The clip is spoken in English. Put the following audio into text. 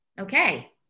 okay